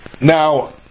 Now